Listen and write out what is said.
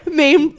main